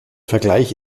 vergleich